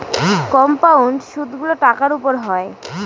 compound সুদগুলো টাকার উপর হয়